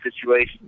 situation